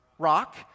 rock